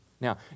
Now